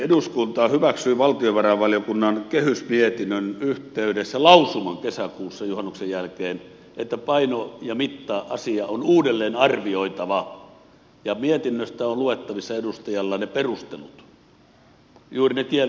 eduskunta hyväksyi valtiovarainvaliokunnan kehysmietinnön yhteydessä lausuman kesäkuussa juhannuksen jälkeen että paino ja mitta asia on uudelleenarvioitava ja mietinnöstä on luettavissa edustajalla ne perustelut juuri ne kielteiset kriittiset perustelut